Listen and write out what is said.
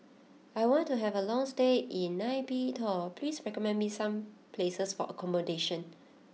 I want to have a long stay in Nay Pyi Taw please recommend me some places for accommodation